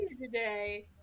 today